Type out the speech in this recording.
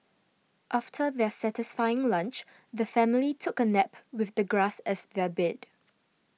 after their satisfying lunch the family took a nap with the grass as their bed